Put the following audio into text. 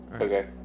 Okay